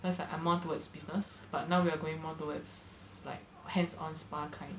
cause like I'm more towards business but now we're going more towards like hands on spa kind